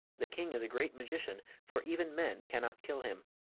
the king is a great magician, for even men cannot kill him.